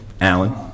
Alan